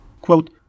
Quote